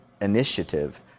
initiative